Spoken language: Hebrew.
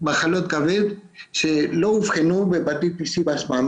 מחלות כבד שלא אובחנו בהפטיטיס C בזמן.